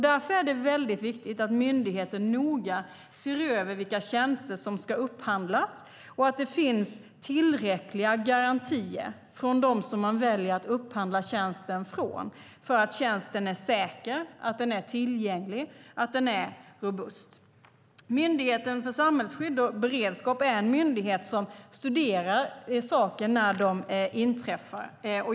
Därför är det viktigt att myndigheten noga ser över vilka tjänster som ska upphandlas och att det finns tillräckliga garantier från dem som man väljer att upphandla tjänsten från för att tjänsten är säker, tillgänglig och robust. Myndigheten för samhällsskydd och beredskap är en myndighet som studerar saker när de inträffar.